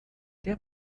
der